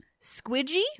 squidgy